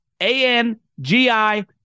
A-N-G-I